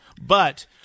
But-